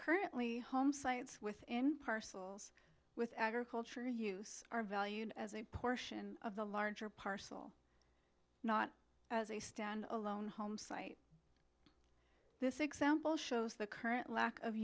currently homesites within parcels with agricultural use are valued as a portion of the larger parcel not as a stand alone home site this example shows the current lack of